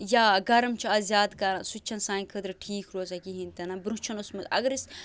یا گَرم چھُ اَز زیادٕ کَران سُہ تہِ چھُنہٕ سانہِ خٲطرٕ ٹھیٖک روزان کِہیٖنۍ تہِ نہٕ برٛونٛہہ چھُنہٕ اوسمُت اَگر أسۍ